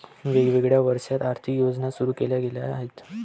वेगवेगळ्या वर्षांत आर्थिक योजना सुरू केल्या गेल्या आहेत